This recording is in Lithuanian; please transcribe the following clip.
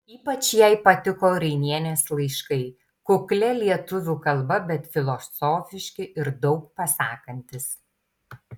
ypač jai patiko rainienės laiškai kuklia lietuvių kalba bet filosofiški ir daug pasakantys